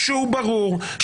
ברור,